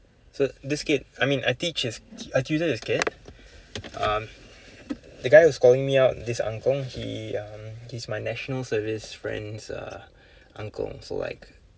so this kid I mean I teach his I tutor this kid um the guy was calling me out this uncle he um he's my national service friend's uh uncle so like